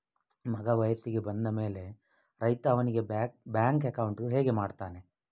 ಮಗ ವಯಸ್ಸಿಗೆ ಬಂದ ಮೇಲೆ ರೈತ ಅವನಿಗೆ ಬ್ಯಾಂಕ್ ಅಕೌಂಟ್ ಹೇಗೆ ಮಾಡ್ತಾನೆ?